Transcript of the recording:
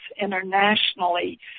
internationally